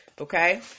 Okay